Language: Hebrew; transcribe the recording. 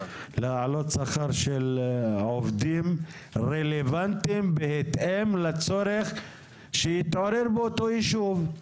לעלות שכר של עובדים רלוונטיים בהתאם לצורך שהתעורר באותו ישוב.